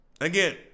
Again